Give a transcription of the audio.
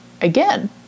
again